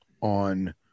on